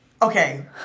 Okay